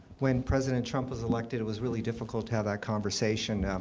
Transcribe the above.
when president trump was elected, it was really difficult to have that conversation.